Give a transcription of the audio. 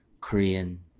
korean